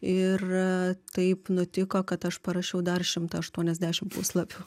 ir taip nutiko kad aš parašiau dar šimtą aštuoniasdešim puslapių